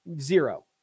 Zero